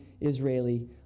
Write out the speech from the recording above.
israeli